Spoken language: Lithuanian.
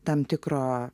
tam tikro